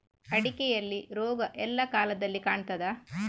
ಅಡಿಕೆಯಲ್ಲಿ ರೋಗ ಎಲ್ಲಾ ಕಾಲದಲ್ಲಿ ಕಾಣ್ತದ?